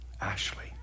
Ashley